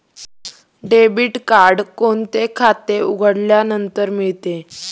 Debit card कोणते खाते उघडल्यानंतर मिळते?